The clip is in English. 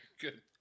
good